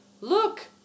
look